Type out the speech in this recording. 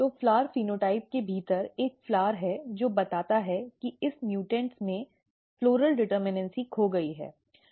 तो फूल फेनोटाइप के भीतर एक फूल है जो बताता है कि इस म्यूटेंट में फ़्लॉरल डिटर्मनैसी खो गई है